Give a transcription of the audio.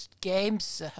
games